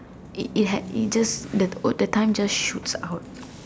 it it had it just the time just shoot out